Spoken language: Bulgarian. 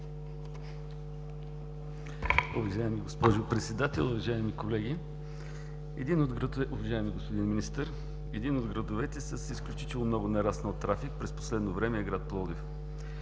Уважаема госпожо Председател, уважаеми колеги, уважаеми господин Министър! Един от градовете с изключително много нараснал трафик през последно време е град Пловдив.